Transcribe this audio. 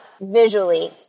visually